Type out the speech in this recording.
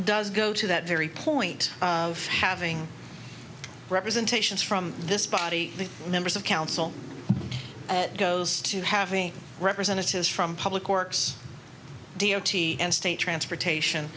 does go to that very point of having representations for this body the members of council goes to having representatives from public works d o t and state transportation